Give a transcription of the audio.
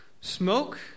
smoke